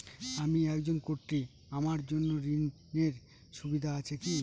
আমি একজন কট্টি আমার জন্য ঋণের সুবিধা আছে কি?